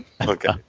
okay